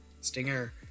Stinger